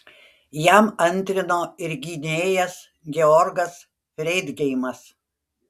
jam antrino ir gynėjas georgas freidgeimas